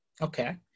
Okay